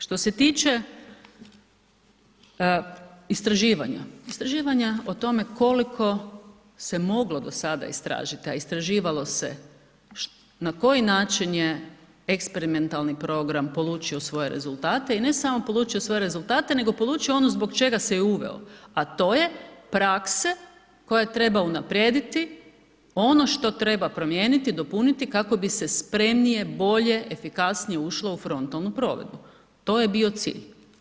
Što se tiče istraživanja, istraživanja o tome koliko se moglo do sada istražit, a istraživalo se na koji način je eksperimentalni program polučio svoje rezultate i ne samo polučio svoje rezultate nego polučio ono zbog čega se je i uveo, a to je prakse koje treba unaprijediti, ono što treba promijeniti je dopuniti kako bi se spremnije, bolje, efikasnije ušlo u frontalnu provedbu, to je bio cilj.